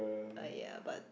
!aiya! but